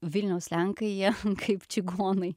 vilniaus lenkai jie kaip čigonai